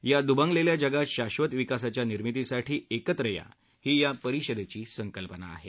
या दुभंगलेल्या जगात शांधत विकासाच्या निर्मितीसाठी एकत्र या ही या परिषदेची संकल्पना आहे